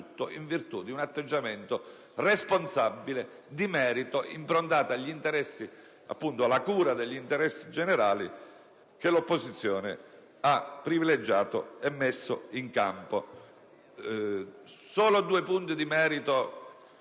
in virtù di un atteggiamento responsabile di merito ed improntato alla cura degli interessi generali che l'opposizione ha privilegiato e messo in campo. Il resto delle